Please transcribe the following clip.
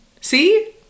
See